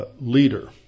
leader